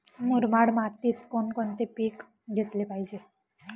मुरमाड मातीत कोणकोणते पीक घेतले पाहिजे?